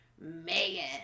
Megan